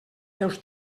teus